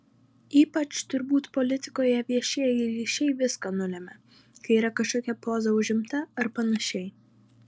ypač turbūt politikoje viešieji ryšiai viską nulemia kai yra kažkokia poza užimta ar panašiai